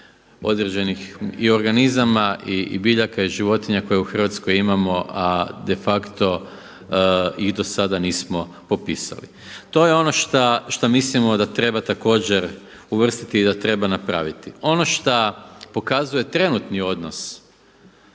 određenih i organizama i biljaka i životinja koje u Hrvatskoj imamo, a de facto ih do sada nismo popisali. To je ono šta mislimo da treba također uvrstiti i da treba napraviti. Ono šta pokazuje trenutni odnos